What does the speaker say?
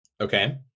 Okay